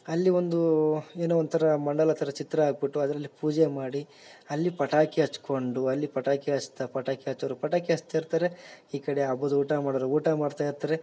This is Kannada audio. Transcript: ಅಲ್ಲಿ ಒಂದು ಏನೋ ಒಂಥರ ಮಂಡಲ ಥರ ಚಿತ್ರ ಹಾಕ್ಬುಟ್ಟು ಅದರಲ್ಲಿ ಪೂಜೆ ಮಾಡಿ ಅಲ್ಲಿ ಪಟಾಕಿ ಹಚ್ಕೊಂಡು ಅಲ್ಲಿ ಪಟಾಕಿ ಹಚ್ತಾ ಪಟಾಕಿ ಹಚ್ಚೋರು ಪಟಾಕಿ ಹಚ್ತಾ ಇರ್ತಾರೆ ಈ ಕಡೆ ಹಬ್ಬದ ಊಟ ಮಾಡೋರು ಊಟ ಮಾಡ್ತಾ ಇರ್ತಾರೆ